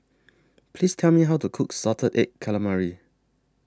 Please Tell Me How to Cook Salted Egg Calamari